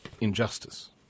injustice